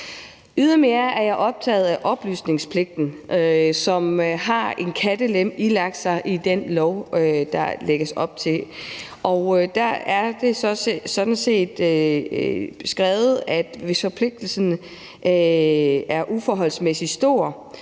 Ydermere er jeg optaget af oplysningspligten, som har en kattelem indlagt i den lov, der lægges op til. Der er det sådan set skrevet, at hvis forpligtelsen er uforholdsmæssig stor,